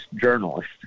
journalist